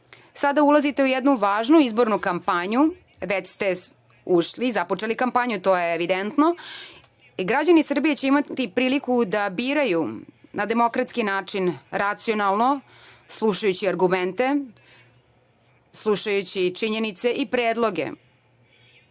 ulazite u jednu važnu izbornu kampanju, već ste ušli, započeli kampanju, to je evidentno i građani Srbije će imati priliku da biraju na demokratski način, racionalno, slušajući argumente, slušajući činjenice i predloge.